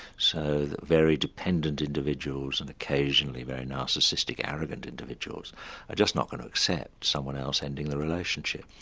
so the very dependent individuals and occasionally very narcissistic, arrogant individuals are just not going to accept someone else ending the relationship.